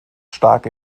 stark